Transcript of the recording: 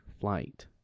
flight